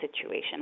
situation